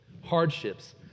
hardships